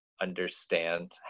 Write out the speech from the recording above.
understand